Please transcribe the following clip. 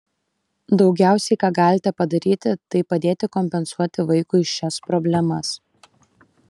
daugiausiai ką galite padaryti tai padėti kompensuoti vaikui šias problemas